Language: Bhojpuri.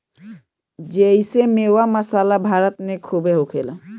जेइसे मेवा, मसाला भारत मे खूबे होखेला